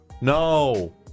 no